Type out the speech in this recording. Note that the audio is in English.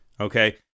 okay